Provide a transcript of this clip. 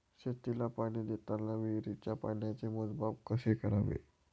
शेतीला पाणी देताना विहिरीच्या पाण्याचे मोजमाप कसे करावे?